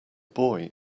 boy